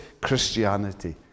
Christianity